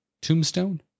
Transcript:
Tombstone